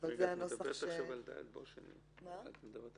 את מדברת